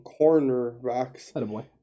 cornerbacks